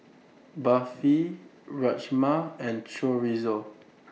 Barfi Rajma and Chorizo